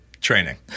training